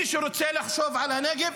מי שרוצה לחשוב על הנגב,